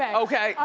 ah okay,